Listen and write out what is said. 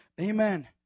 Amen